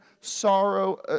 sorrow